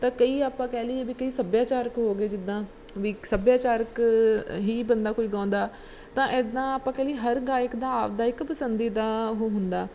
ਤਾਂ ਕਈ ਆਪਾਂ ਕਹਿ ਲਈਏ ਵੀ ਕਈ ਸੱਭਿਆਚਾਰਕ ਹੋ ਗਏ ਜਿੱਦਾਂ ਵੀ ਇੱਕ ਸੱਭਿਆਚਾਰਕ ਹੀ ਬੰਦਾ ਕੋਈ ਗਾਉਂਦਾ ਤਾਂ ਇੱਦਾਂ ਆਪਾਂ ਕਹਿ ਲਈਏ ਹਰ ਗਾਇਕ ਦਾ ਆਪਦਾ ਇੱਕ ਪਸੰਦੀਦਾ ਉਹ ਹੁੰਦਾ